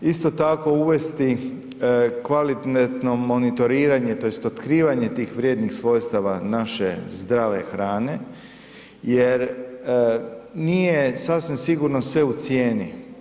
Isto tako uvesti kvalitetno monitoriranje tj. otkrivanje tih vrijednih svojstava naše zdrave hrane jer nije sasvim sigurno sve u cijeni.